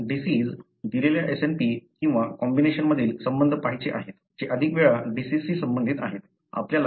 तुम्हाला डिसिज दिलेल्या SNP किंवा कॉम्बिनेशन मधील संबंध पहायचे आहेत जे अधिक वेळा डिसिजशी संबंधित आहे